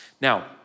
Now